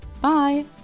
Bye